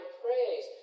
praise